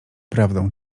prawdą